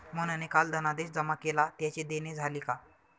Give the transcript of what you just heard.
मोहनने काल धनादेश जमा केला त्याचे देणे झाले का?